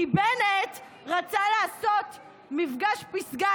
כי בנט רצה לעשות מפגש פסגה.